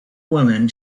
women